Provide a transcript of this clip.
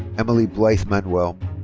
emily blythe manuel.